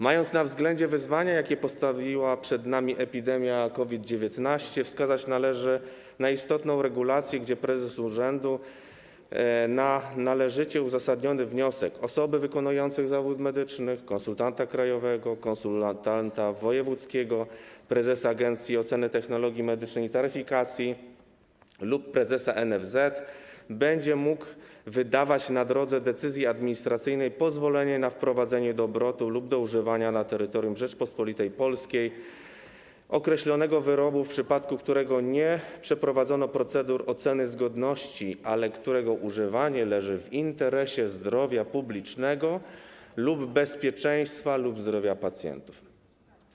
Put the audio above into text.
Mając na względzie wyzwania, jakie postawiła przed nami epidemia COVID-19, wskazać należy na istotną regulację, w przypadku której prezes urzędu na należycie uzasadniony wniosek osoby wykonującej zawód medyczny, konsultanta krajowego, konsultanta wojewódzkiego, prezesa Agencji Oceny Technologii Medycznych i Taryfikacji lub prezesa NFZ będzie mógł wydawać, w drodze decyzji administracyjnej, pozwolenie na wprowadzenie do obrotu lub do używania na terytorium Rzeczypospolitej Polskiej określonego wyrobu, w przypadku którego nie przeprowadzono procedur oceny zgodności, ale którego używanie leży w interesie zdrowia publicznego, bezpieczeństwa lub zdrowia pacjentów.